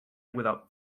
without